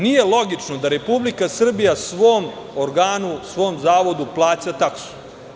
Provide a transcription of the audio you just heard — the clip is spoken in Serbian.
Nije logično da Republika Srbija svom organu, svom zavodu plaća taksu.